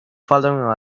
following